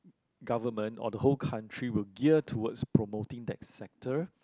government or the whole country will gear towards promoting that sector